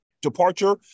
departure